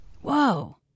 Whoa